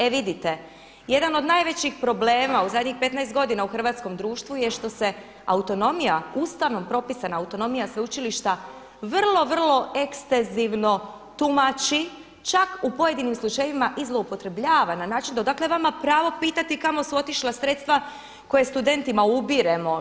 E vidite, jedan od najvećih problema u zadnjih 15 godina u hrvatskom društvu je što se autonomija, Ustavom propisana autonomija sveučilišta vrlo, vrlo ekstenzivno tumači čak u pojedinim slučajevima i zloupotrebljava na način da odakle vama pravo pitati kamo su otišla sredstva koja studentima ubiremo.